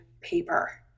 paper